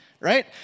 right